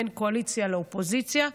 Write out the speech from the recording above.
בין קואליציה לאופוזיציה,